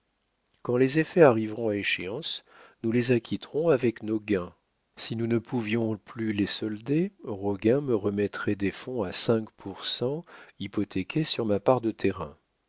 quand les effets arriveront à échéance nous les acquitterons avec nos gains si nous ne pouvions plus les solder roguin me remettrait des fonds à cinq pour cent hypothéqués sur ma part de terrain